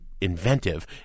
inventive